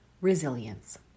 resilience